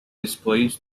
displays